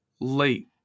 late